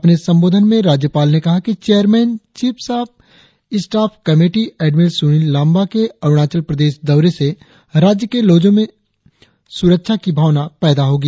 अपने संबोधन में राज्यपाल ने कहा कि chairman chiefs of staff committee admiral Sunil Lanba के अरुणाचल प्रदेश दौरे से राज्य के लोगों में सुरक्षा की भावना पैदा होगी